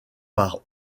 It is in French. par